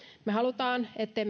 me haluamme ettei